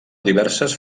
diverses